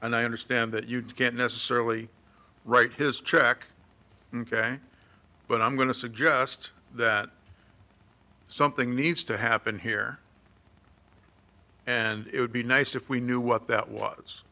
and i understand that you can't necessarily write his check but i'm going to suggest that something needs to happen here and it would be nice if we knew what that was